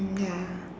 mm ya